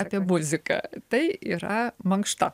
apie muziką tai yra mankšta